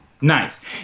Nice